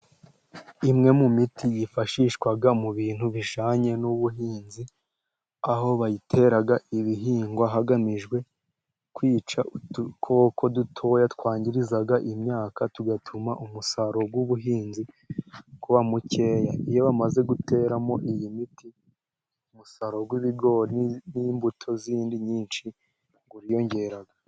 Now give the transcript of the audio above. Imwe mu miti yifashishwa mu bintu bijyanye n'ubuhinzi, aho bayitera ibihingwa hagamijwe kwica udukoko dutoya twangiriza imyaka, tugatuma umusaruro w'ubuhinzi uba mukeya, iyo bamaze guteramo iyi miti umusaruro w'ibigori n'imbuto z'indi nyinshi uriyongera.